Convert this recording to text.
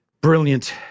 brilliant